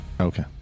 Okay